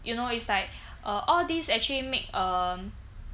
you know it's like uh all these actually make um